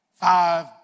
five